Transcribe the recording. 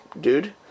dude